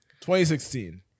2016